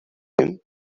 him